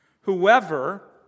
Whoever